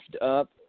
up